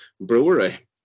Brewery